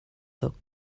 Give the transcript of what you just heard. tuk